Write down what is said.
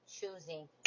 choosing